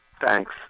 Thanks